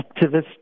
activist